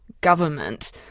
government